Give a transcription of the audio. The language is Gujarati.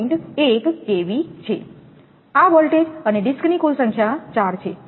1 kV છે આ વોલ્ટેજ અને ડિસ્કની કુલ સંખ્યા ચાર છે